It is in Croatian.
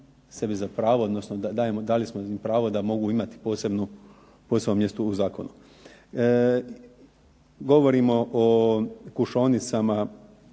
sebi za pravo, odnosno dali smo im pravo da mogu imati posebno mjesto u zakonu. Govorimo o kušaonicama